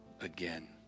again